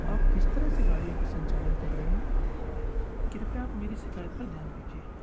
आप किस तरह से गाड़यों का संचालन कर रहे हैं कृपया आप मेरी शिकायत पर ध्यान दीजिए